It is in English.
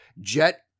Jet